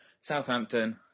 Southampton